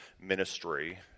ministry